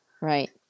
Right